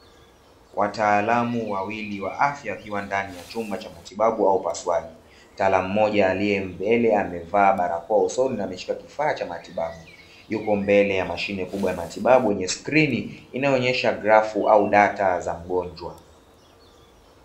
Wataalamu wawili wa afya, wakiwa ndani ya chumba cha matibabu au upasuaji. Mtaalamu mmoja aliye mbele amevaa barakoa usoni na ameshika kifaa cha matibabu, yuko mbele ya mashine kubwa ya matibabu yenye skrini inayoonyesha grafu au data za mgonjwa.